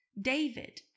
David